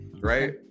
Right